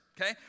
okay